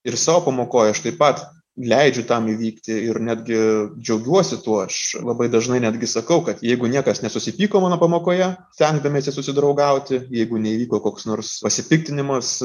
ir savo pamokoj aš taip pat leidžiu tam įvykti ir netgi džiaugiuosi tuo aš labai dažnai netgi sakau kad jeigu niekas nesusipyko mano pamokoje stengdamiesi susidraugauti jeigu neįvyko koks nors pasipiktinimas